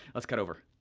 let's cut over.